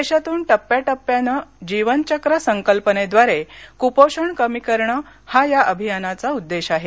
देशातून टप्प्याटप्प्याने जीवन चक्र संकल्पनेद्वारे कूपोषण कमी करणे हा या अभियानाचा उद्देश आहे